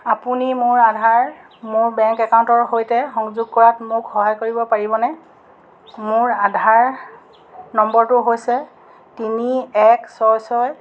আপুনি মোৰ আধাৰ মোৰ বেংক একাউণ্টৰ সৈতে সংযোগ কৰাত মোক সহায় কৰিব পাৰিবনে মোৰ আধাৰ নম্বৰটো হৈছে তিনি এক ছয় ছয়